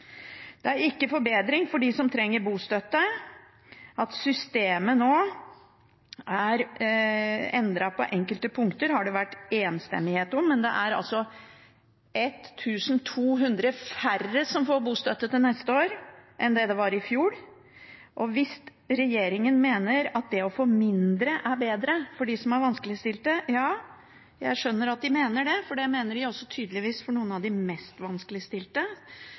Det er ikke forbedring for dem som trenger bostøtte. At systemet nå er endret på enkelte punkter, har det vært enstemmighet om, men det er altså 1 200 færre som får bostøtte til neste år enn det det var i fjor. Regjeringen mener visst at det å få mindre er bedre for dem som er vanskeligstilte. Ja, jeg skjønner at de mener det, for de mener det tydeligvis for noen av de mest vanskeligstilte,